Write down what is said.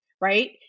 right